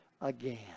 again